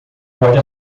pode